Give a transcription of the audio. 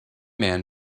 man